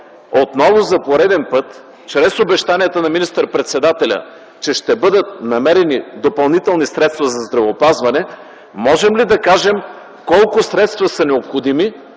отново, за пореден път чрез обещанията на министър-председателя, че ще бъдат намерени допълнителни средства за здравеопазване, можем ли да кажем колко средства са необходими,